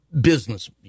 business